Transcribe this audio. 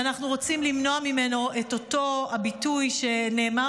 ואנחנו רוצים למנוע ממנו את אותו הביטוי שנאמר